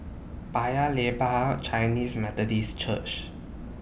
Paya Lebar Chinese Methodist Church